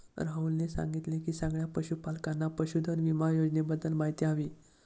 राहुलने सांगितले की सगळ्या पशूपालकांना पशुधन विमा योजनेबद्दल माहिती हवी